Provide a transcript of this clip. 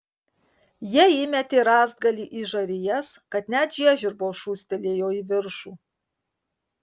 jie įmetė rąstagalį į žarijas kad net žiežirbos šūstelėjo į viršų